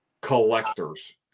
collectors